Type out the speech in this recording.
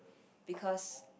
because